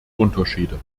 unterschiede